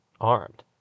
armed